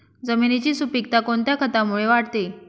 जमिनीची सुपिकता कोणत्या खतामुळे वाढते?